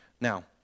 Now